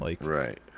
Right